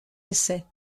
essais